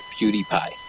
PewDiePie